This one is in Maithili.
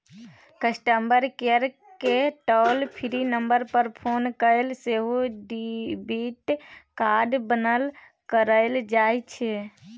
कस्टमर केयरकेँ टॉल फ्री नंबर पर फोन कए सेहो डेबिट कार्ड बन्न कराएल जाइ छै